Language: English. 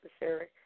necessary